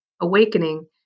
awakening